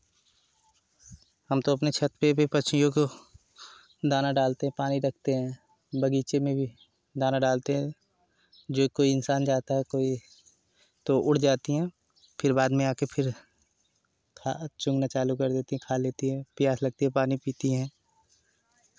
हम तो अपने छत पर भी पक्षियों को दाना डालते पानी रखते हैं बगीचे में भी दाना डालते हैं जो कोई इंसान जाता है तो उड़ जाती हैं फिर बाद में आकर फिर खा चुगना चालू कर देती हैं खा लेती हैं प्यास लगती है पानी पीती हैं